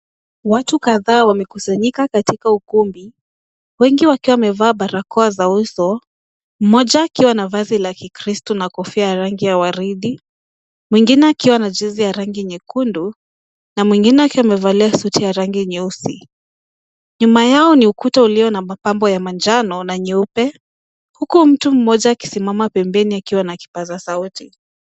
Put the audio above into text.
Watu kadhaa wamekusanyika katika ukumbi, wengi wakiwa wamevaa barakoa za uso, mmoja akiwa na vazi la kikristo na kofia ya rangi ya waridi, mwingine akiwa na jezi ya rangi nyekundu na mwingine akiwa amevalia suti ya rangi nyeusi. Nyuma yao ni ukuta ulio na mapambo ya manjano na nyeupe huku mtu mmoja akisimama pembeni akiwa na kipaza sauti.